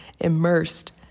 immersed